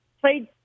played